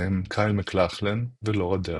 בהם קייל מקלכלן ולורה דרן.